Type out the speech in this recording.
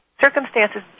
Circumstances